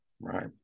Right